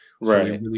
right